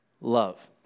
love